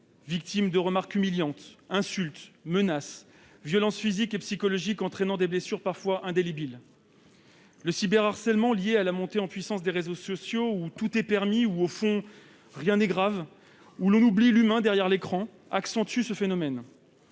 victimes de remarques humiliantes, d'insultes, de menaces, de violences physiques et psychologiques, entraînant des blessures parfois indélébiles. Le cyberharcèlement, lié à la montée en puissance des réseaux sociaux où tout est permis, où, « au fond, rien n'est grave », où l'on oublie l'humain derrière l'écran, accentue ce phénomène.